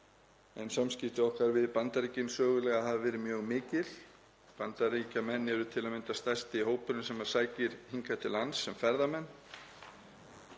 samskipti okkar við Bandaríkin verið mjög mikil. Bandaríkjamenn eru til að mynda stærsti hópurinn sem sækir hingað til lands sem ferðamenn